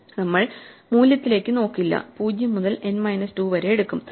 നമ്മൾ മൂല്യത്തിലേക്ക് നോക്കില്ല 0 മുതൽ n മൈനസ് 2 വരെ എടുക്കും